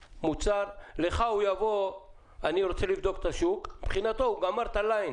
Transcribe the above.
מבחינתך הוא רוצה לבדוק את השוק אבל מבחינתו הוא גמר את הליין